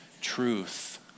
truth